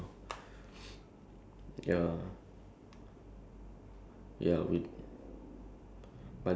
but ya but it'll be it'll be it'll be like boring like after the first few months of not doing anything you know